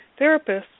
therapists